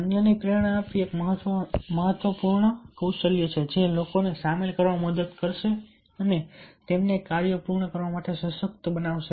અન્યને પ્રેરણા આપવી એ એક મહત્વપૂર્ણ નેતૃત્વ કૌશલ્ય છે જે લોકોને સામેલ કરવામાં મદદ કરશે અને તેમને કાર્યો પૂર્ણ કરવા માટે સશક્ત બનાવશે